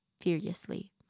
furiously